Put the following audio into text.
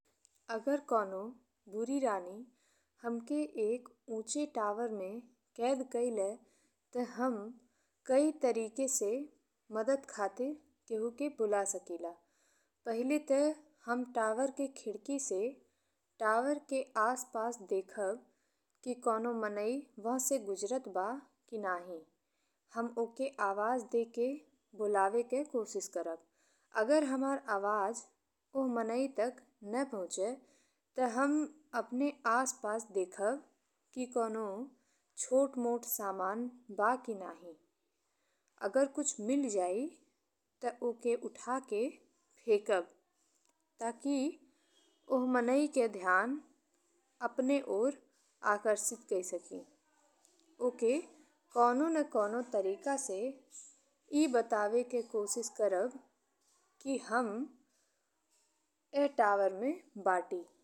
अगर कवनो बुरी रानी हमके एक उचे टावर में कैद कइ ले त हम कइ तरीका से मदद खातिर केहु के बोला सकिला पहिले त हम टावर के खिड़की से टावर के आस-पास देखब कि कवनो मनई वहाँ से गुजरत बा कि नाही। हम ओके आवाज देके बोलावेके कोशिश करब। अगर हमार आवाज ओह मनई तक ने पहुचे त हम अपने आस-पास देखब कि कवनो छोट-मोट सामान बा कि नाही। अगर कुछ मिली जाए त ओके उठा के फेकब ताकि ओह मनई के ध्यान अपने ओर आकर्षित कइ सकी। ओके कवनो ने कवनो तरीका से ए बतावेके कोशिश करब कि हम एह टावर में बाटी।